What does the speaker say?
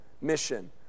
mission